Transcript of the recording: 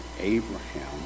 Abraham